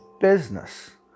business